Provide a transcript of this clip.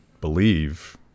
believe